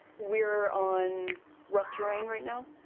we're on rough terrain right now?